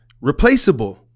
replaceable